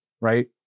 right